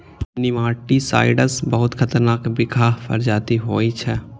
nematicides बहुत खतरनाक बिखाह पदार्थ होइ छै